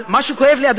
אבל מה שכואב לי יותר,